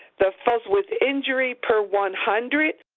the with injury per one hundred,